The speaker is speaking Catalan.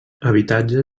habitatge